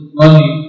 money